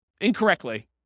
incorrectly